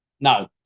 no